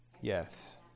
Yes